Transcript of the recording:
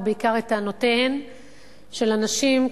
ובעיקר את טענותיהן של הנשים,